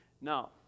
Now